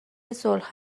صلح